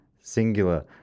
Singular